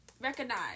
Recognize